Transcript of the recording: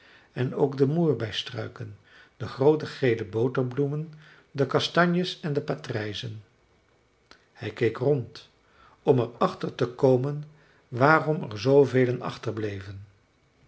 en ook de moerbeistruiken de groote gele boterbloemen de kastanjes en de patrijzen hij keek rond om er achter te komen waarom er zoo velen achterbleven